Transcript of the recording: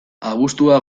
abuztua